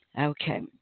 Okay